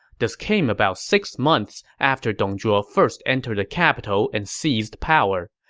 this came about six months after dong zhuo first entered the capital and seized power.